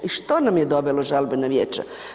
I što nam je dovelo žalbeno vijeće?